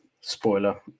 Spoiler